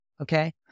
Okay